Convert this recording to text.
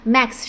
Max